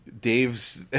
Dave's